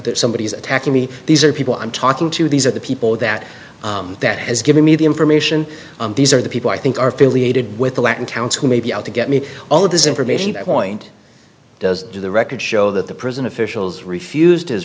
that somebody is attacking me these are people i'm talking to these are the people that that has given me the information these are the people i think are affiliated with the latin towns who may be out to get me all of this information that wind does the record show that the prison officials refused